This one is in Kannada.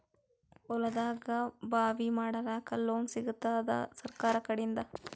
ಹೊಲದಾಗಬಾವಿ ಮಾಡಲಾಕ ಲೋನ್ ಸಿಗತ್ತಾದ ಸರ್ಕಾರಕಡಿಂದ?